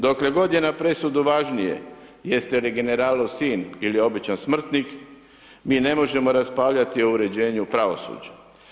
Dokle god je na presudu važnije, jeste li generalov sin ili običan smrtnik, mi ne možemo raspravljati o uređenju pravosuđa.